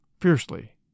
fiercely